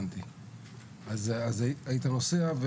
אז היית נוסע,